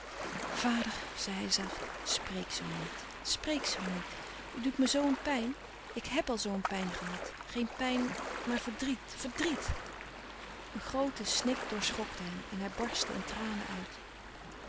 zei hij zacht spreek zoo niet spreek zoo niet u doet me zoo een pijn ik hèb al zoo een pijn gehad geen pijn maar verdriet verdrièt een groote snik doorschokte hem en hij barstte in tranen uit